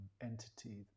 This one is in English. entity